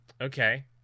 Okay